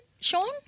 Sean